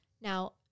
now